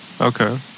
Okay